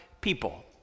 people